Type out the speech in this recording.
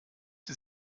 sie